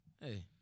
hey